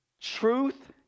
truth